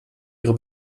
ihre